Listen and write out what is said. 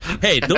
Hey